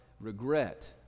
regret